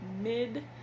mid